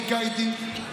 חיכה איתי.